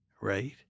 right